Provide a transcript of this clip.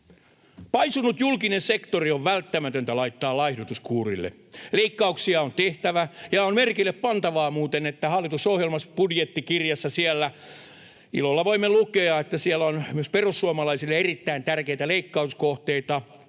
Paisunut julkinen sektori on välttämätöntä laittaa laihdutuskuurille. Leikkauksia on tehtävä, ja on muuten merkille pantavaa, että hallitusohjelmasta, budjettikirjasta ilolla voimme lukea, että siellä on myös perussuomalaisille erittäin tärkeitä leikkauskohteita.